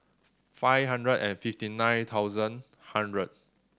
five hundred and fifty nine thousand hundred